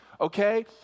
okay